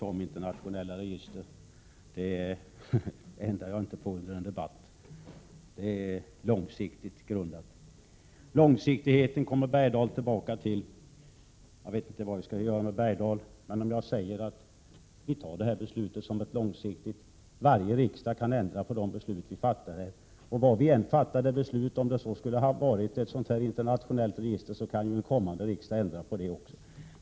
Jag ändrar inte den uppfattningen under en debatt. Den är långsiktigt grundad. Och långsiktigheten kommer Hugo Bergdahl tillbaka till. Jag vet inte hur jag skall ta Hugo Bergdahl. Men jag kan säga att vi tar detta beslut som långsiktigt. Varje riksdag kan ändra på de beslut vi fattar. Vad vi än fattar för beslut här — om det så skulle ha varit att ha ett internationellt register — kan en kommande riksdag ändra på beslutet.